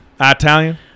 Italian